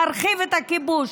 להרחיב את הכיבוש,